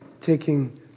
taking